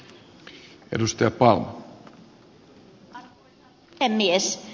arvoisa puhemies